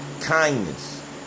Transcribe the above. kindness